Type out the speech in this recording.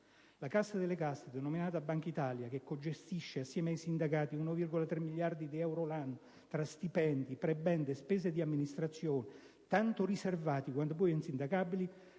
La casta delle caste, denominata Bankitalia, che cogestisce assieme ai sindacati 1,3 miliardi di euro l'anno tra stipendi, prebende e spese di amministrazione tanto riservati quanto bui ed insindacabili,